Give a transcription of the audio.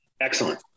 Excellent